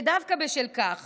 ודווקא בשל כך